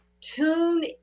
Tune